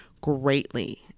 greatly